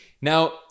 Now